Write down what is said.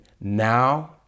now